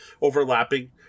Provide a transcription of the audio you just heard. overlapping